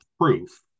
proof